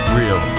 real